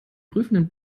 prüfenden